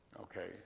Okay